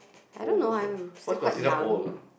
old Singapore what's considered old